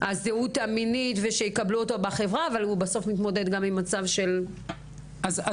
הזהות המינית ושיקבלו אותו בחרה אבל הוא נמצא גם במצב של סיכון.